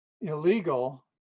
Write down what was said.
illegal